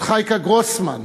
חייקה גרוסמן,